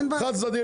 חד-צדדי,